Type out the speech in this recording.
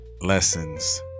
lessons